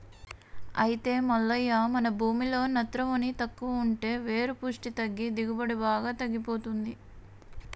అయితే మల్లయ్య మన భూమిలో నత్రవోని తక్కువ ఉంటే వేరు పుష్టి తగ్గి దిగుబడి బాగా తగ్గిపోతుంది